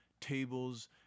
tables